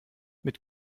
mit